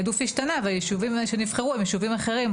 יישובים שנבחרו הם יישובים אחרים,